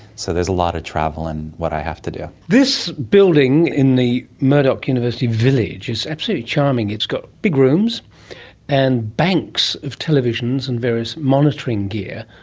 so there is a lot of travel in what i have to do. this building in the murdoch university village is absolutely charming. it's got big rooms and banks of televisions and various monitoring gear.